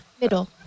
Middle